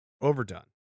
Overdone